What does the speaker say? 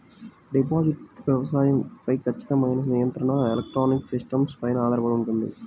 digital వ్యవసాయం పై ఖచ్చితమైన నియంత్రణ ఎలక్ట్రానిక్ సిస్టమ్స్ పైన ఆధారపడి ఉంటుంది